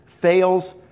fails